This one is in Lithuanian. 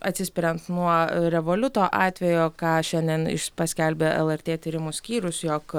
atsispiriant nuo revoliuto atvejo ką šiandien iš paskelbė lrt tyrimų skyrius jog